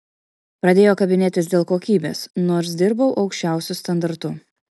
pradėjo kabinėtis dėl kokybės nors dirbau aukščiausiu standartu